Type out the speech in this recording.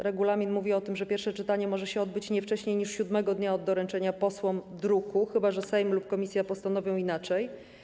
Regulamin mówi o tym, że pierwsze czytanie może odbyć się nie wcześniej niż siódmego dnia od doręczenia posłom druku, chyba że Sejm lub komisja postanowią inaczej.